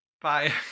Bye